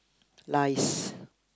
lies~